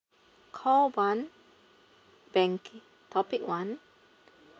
call one banking topic one